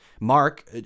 Mark